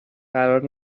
قرار